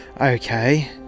okay